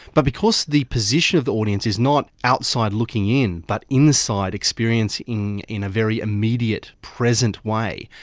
but because the position of the audience is not outside looking in but inside experiencing in a very immediate, present way,